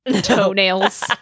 toenails